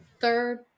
third